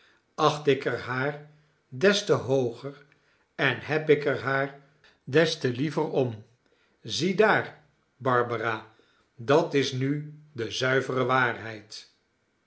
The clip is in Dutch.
acht ik er haar des te hooger en heb er haar des te liever om ziedaar barbara dat is nu de zuivere waarheid